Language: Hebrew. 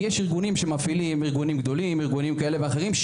כי מופעלים ארגונים גדולים כאלה ואחרים,